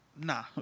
Nah